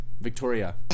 Victoria